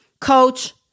Coach